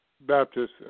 Baptist